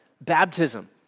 Baptism